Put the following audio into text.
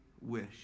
wish